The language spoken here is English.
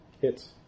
Hits